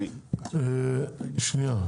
תודה.